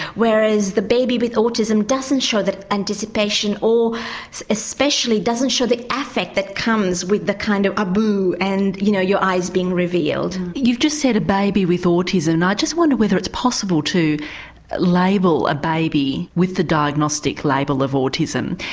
whereas the baby with autism doesn't show that anticipation, or especially doesn't show the affect that comes with the kind of ah boo' and, you know, your eyes being revealed. you just said a baby with autism and i just wonder whether it's possible to label a baby with the diagnostic label of autism,